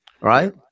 right